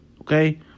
Okay